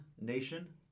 Nation